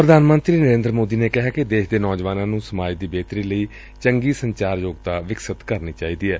ਪ੍ਧਾਨ ਮੰਤਰੀ ਨਰੇਂਦਰ ਮੋਦੀ ਨੇ ਕਿਹੈ ਕਿ ਦੇਸ਼ ਦੇ ਨੌਜਵਾਨਾਂ ਨੂੰ ਸਮਾਜ ਦੀ ਬਿਹਤਰੀ ਲਈ ਚੰਗੀ ਸੰਚਾਰ ਯੋਗਤਾ ਵਿਕਸਿਤ ਕਰਨੀ ਚਾਹੀਦੀ ਏ